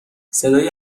صدای